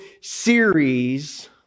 series